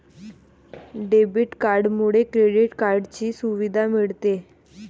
debit कार्डमुळे credit कार्डची सुविधा मिळते